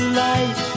life